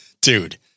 Dude